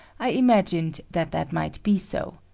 i imagined that that might be so.